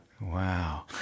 Wow